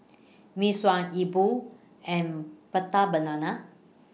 Mee Sua E Bua and Prata Banana